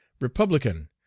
Republican